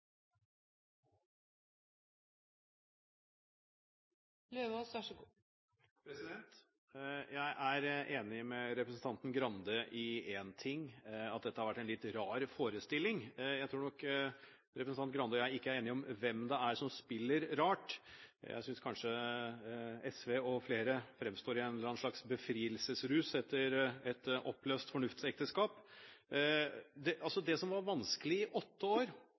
Grande i én ting, nemlig at dette har vært en litt rar forestilling. Men jeg tror nok at representanten Grande og jeg ikke er enige om hvem det er som spiller rart. Jeg synes kanskje SV og flere andre fremstår i en slags befrielsesrus etter et oppløst fornuftsekteskap. Det som var vanskelig i åtte år,